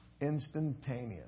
Instantaneous